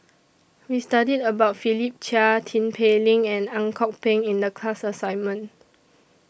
We studied about Philip Chia Tin Pei Ling and Ang Kok Peng in The class assignment